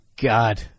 God